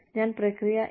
ഞാൻ പ്രക്രിയ A